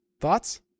Thoughts